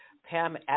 Pam